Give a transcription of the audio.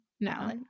No